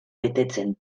betetzen